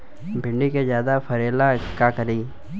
भिंडी के ज्यादा फरेला का करी?